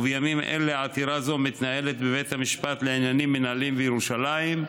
ובימים אלה עתירה זו מתנהלת בבית המשפט לעניינים מינהליים בירושלים,